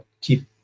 keep